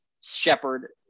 Shepard